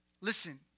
listen